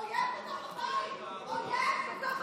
אויב בתוך הבית, אויב בתוך הבית.